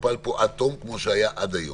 יטופל פה עד תום כמו שהיה פה עד היום.